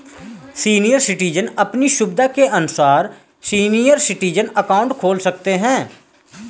senior citizen अपनी सुविधा के अनुसार सीनियर सिटीजन अकाउंट खोल सकते है